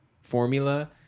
formula